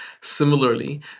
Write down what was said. Similarly